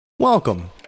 Welcome